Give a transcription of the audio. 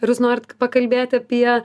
ir jūs norit pakalbėti apie